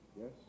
Yes